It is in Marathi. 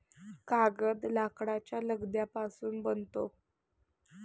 कागद लाकडाच्या लगद्यापासून बनतो